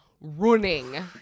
Running